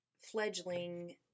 fledgling